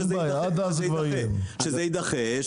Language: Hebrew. כשזה יידחה,